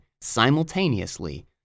simultaneously